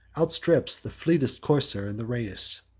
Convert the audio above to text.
outstrips the fleetest courser in the race.